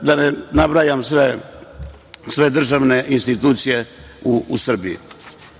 da ne nabrajam sve državne institucije u Srbiji. Na